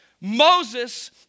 Moses